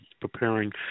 preparing